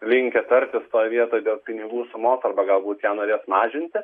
linkę tartis toj vietoj dėl pinigų sumos arba galbūt nenorės ją mažinti